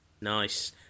Nice